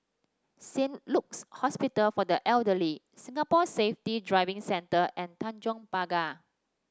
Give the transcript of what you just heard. Saint Luke's Hospital for the Elderly Singapore Safety Driving Centre and Tanjong Pagar